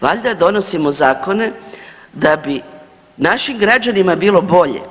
Valjda donosimo zakone da bi našim građanima bilo bolje.